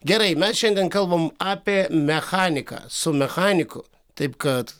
gerai mes šiandien kalbam apie mechaniką su mechaniku taip kad